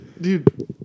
Dude